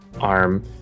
arm